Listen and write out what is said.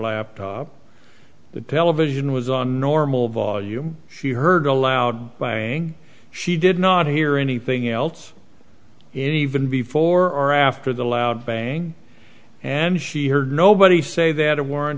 laptop the television was on normal volume she heard a loud bang she did not hear anything else in even before or after the loud bang and she heard nobody say they had a war